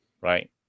right